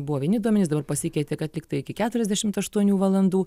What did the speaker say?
buvo vieni duomenys dabar pasikeitė kad lygtai iki keturiasdešimt aštuonių valandų